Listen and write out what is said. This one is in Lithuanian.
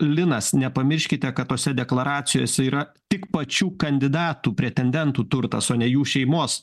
linas nepamirškite kad tose deklaracijose yra tik pačių kandidatų pretendentų turtas o ne jų šeimos